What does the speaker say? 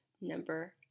number